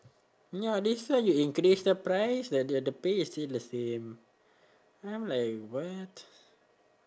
ya that's why you increase the price but ya the pay is still the same then I'm like what